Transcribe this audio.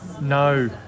No